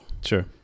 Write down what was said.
Sure